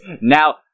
Now